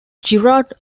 girard